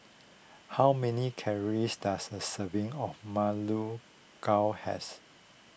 how many calories does a serving of Ma Lu Gao has